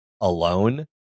alone